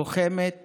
לוחמת